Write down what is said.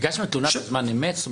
הגשתם תלונה בזמן אמת?